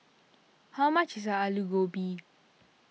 how much is Aloo Gobi